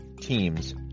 teams